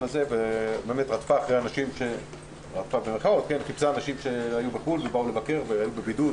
הזה ובאמת חיפשה אנשים שהיו בחו"ל ובאו לבקר והיו בבידוד,